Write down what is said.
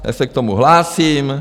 Já se k tomu hlásím.